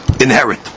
inherit